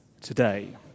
today